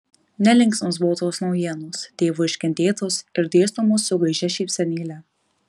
nelinksmos buvo tos naujienos tėvo iškentėtos ir dėstomos su gaižia šypsenėle